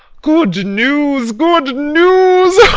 good news, good news!